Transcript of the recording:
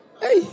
Hey